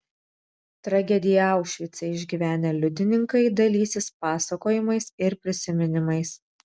tragediją aušvice išgyvenę liudininkai dalysis pasakojimais ir prisiminimais